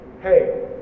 hey